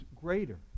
greater